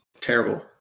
terrible